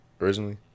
originally